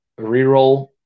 reroll